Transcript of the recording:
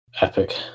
Epic